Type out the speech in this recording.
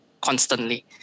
Constantly